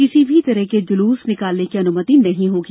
किसी भी तरह के जुलूस निकालने की अनुमति नहीं होगी